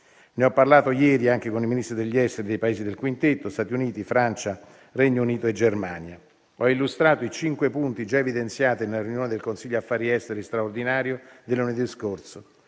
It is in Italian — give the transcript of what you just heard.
Ne ho parlato ieri anche con i Ministri degli esteri dei Paesi del quintetto (Stati Uniti, Francia, Regno Unito e Germania). Ho illustrato i cinque punti già evidenziati nella riunione del Consiglio affari esteri straordinario di lunedì scorso: